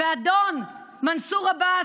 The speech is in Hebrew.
ואדון מנסור עבאס,